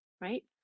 right